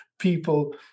people